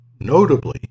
notably